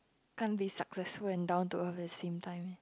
can't be successful and down to earth at the same time eh